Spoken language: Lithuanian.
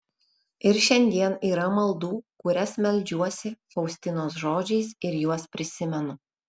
ir šiandien yra maldų kurias meldžiuosi faustinos žodžiais ir juos prisimenu